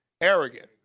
Arrogant